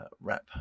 wrap